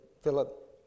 Philip